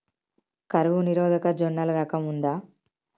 కరువు నిరోధక జొన్నల రకం ఉందా?